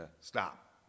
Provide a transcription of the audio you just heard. Stop